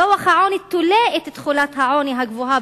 ודוח העוני תולה את תחולת העוני הגבוהה